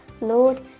Lord